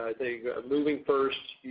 i think moving first,